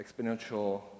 exponential